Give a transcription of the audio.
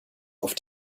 auf